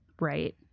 Right